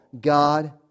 God